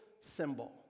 symbol